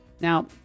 Now